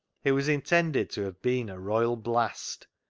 it was intended to have been a royal blast,